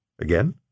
again